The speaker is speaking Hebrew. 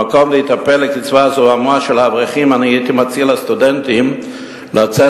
במקום להיטפל לקצבה הזעומה של האברכים אני הייתי מציע לסטודנטים לצאת